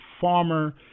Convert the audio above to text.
farmer